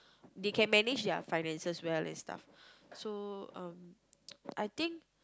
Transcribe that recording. they can manage their finances well and stuff so um I think